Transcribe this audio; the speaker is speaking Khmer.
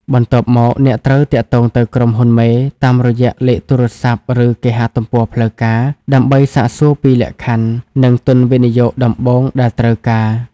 បន្ទាប់មក អ្នកត្រូវ "ទាក់ទងទៅក្រុមហ៊ុនមេ" តាមរយៈលេខទូរស័ព្ទ ឬគេហទំព័រផ្លូវការ ដើម្បីសាកសួរពីលក្ខខណ្ឌ និងទុនវិនិយោគដំបូងដែលត្រូវការ។